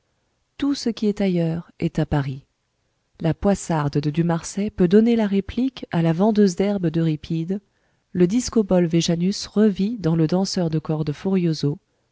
tout ce qui est ailleurs est à paris la poissarde de dumarsais peut donner la réplique à la vendeuse d'herbes d'euripide le discobole vejanus revit dans le danseur de corde